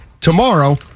tomorrow